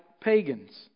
pagans